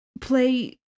Play